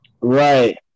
Right